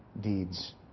deeds